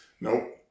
nope